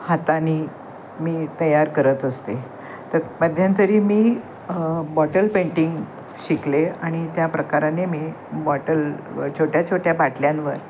हाताने मी तयार करत असते तर मध्यंतरी मी बॉटल पेंटिंग शिकले आणि त्या प्रकाराने मी बॉटल छोट्या छोट्या बाटल्यांवर